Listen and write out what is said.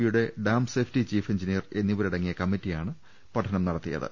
ബിയുടെ dam safety chief engineer എന്നിവരടങ്ങിയ കമ്മിറ്റിയാണ് പഠനം നടത്തിയത്